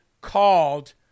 called